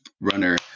runner